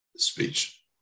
speech